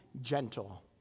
gentle